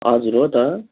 हजुर हो त